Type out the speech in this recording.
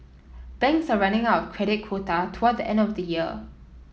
banks are running of credit quota toward the end of the year